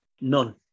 None